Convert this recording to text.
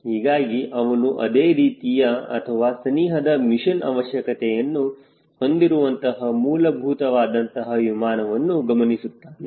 ಹೀಗಾಗಿ ಅವನು ಅದೇ ರೀತಿಯ ಅಥವಾ ಸನಿಹದ ಮಿಷನ್ ಅವಶ್ಯಕತೆಯನ್ನು ಹೊಂದಿರುವಂತಹ ಮೂಲಭೂತವಾದಂತಹ ವಿಮಾನವನ್ನು ಗಮನಿಸುತ್ತಾನೆ